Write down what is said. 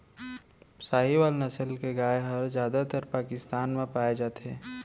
साहीवाल नसल के गाय हर जादातर पाकिस्तान म पाए जाथे